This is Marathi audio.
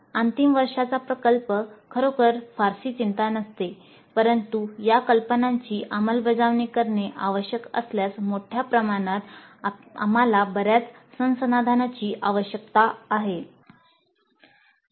अंतिम वर्षाचा प्रकल्प खरोखर फारशी चिंता नाही परंतु या कल्पनांची अंमलबजावणी करणे आवश्यक असल्यास मोठ्या प्रमाणात आम्हाला बर्याच संसाधनांची आवश्यकता असते